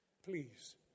Please